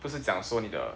不是讲说你的